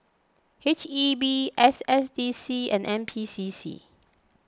H E B S S D C and N P C C